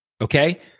Okay